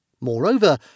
Moreover